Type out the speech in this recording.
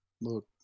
look